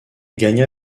gagna